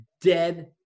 dead